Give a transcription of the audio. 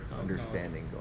understanding